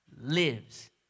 lives